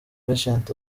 patient